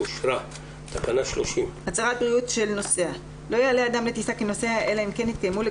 הצבעה אושר אין מתנגדים, אין נמנעים.